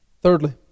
Thirdly